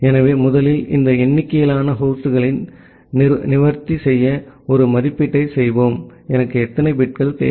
எனவே முதலில் இந்த எண்ணிக்கையிலான ஹோஸ்ட்களை நிவர்த்தி செய்ய ஒரு மதிப்பீட்டைச் செய்வோம் எனக்கு எத்தனை பிட்கள் தேவை